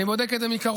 אני בודק את זה מקרוב,